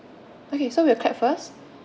okay so we'll clap first